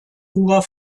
ruhr